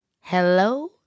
Hello